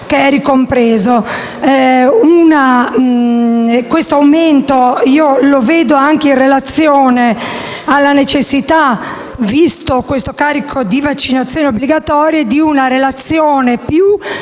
vaccinale. Questo innalzamento lo vedo anche in relazione alla necessità, visto questo carico di vaccinazioni obbligatorie, di una relazione più